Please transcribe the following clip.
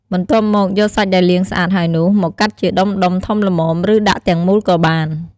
បន្ទាប់មក យកសាច់ដែលលាងស្អាតហើយនោះ មកកាត់ជាដុំៗធំល្មម ឬដាក់ទាំងមូលក៏បាន។